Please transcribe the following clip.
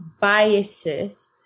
biases